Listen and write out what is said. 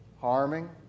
harming